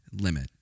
limit